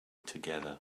together